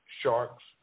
sharks